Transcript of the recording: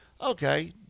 Okay